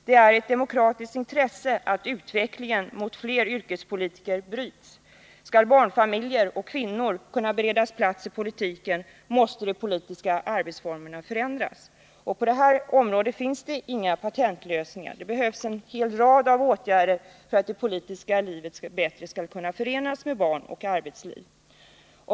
Det är ett demokratiskt intresse att utvecklingen mot fler yrkespolitiker bryts. Skall barnfamiljer och kvinnor kunna beredas plats i politiken måste de politiska arbetsformerna förändras. På det här området finns inga patentlösningar. Det behövs en hel rad åtgärder för att det politiska livet bättre skall kunna förenas med barn och arbetsliv.